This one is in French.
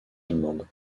allemandes